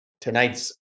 Tonight's